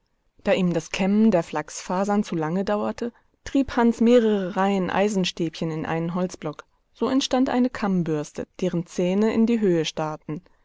da ihm das kämmen der flachsfasern zu lange dauerte trieb hans mehrere reihen eisenstäbchen in einen holzblock so entstand eine kammbürste deren zähne in die höhe starrten